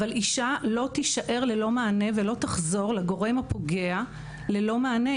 אבל אישה לא תישאר ללא מענה ולא תחזור לגורם הפוגע ללא מענה.